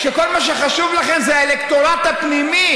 כשכל מה שחשוב לכם זה האלקטורט הפנימי,